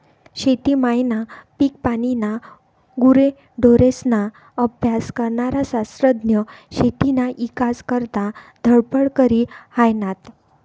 शेती मायना, पिकपानीना, गुरेढोरेस्ना अभ्यास करनारा शास्त्रज्ञ शेतीना ईकास करता धडपड करी हायनात